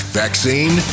vaccine